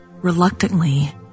Reluctantly